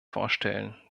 vorstellen